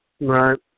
Right